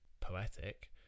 poetic